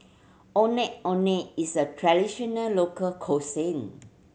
Ondeh Ondeh is a traditional local cuisine